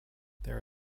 there